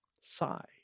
Sigh